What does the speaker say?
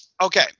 Okay